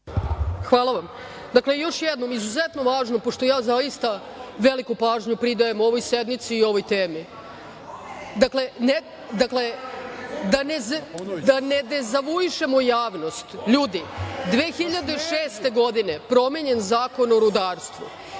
Hvala vam. Dakle, još jednom, izuzetno važno, pošto ja zaista veliku pažnju pridajem ovoj sednici i ovoj temi. Da ne dezavuišemo javnost, ljudi, 2006. godine je promenjen Zakon o rudarstvu.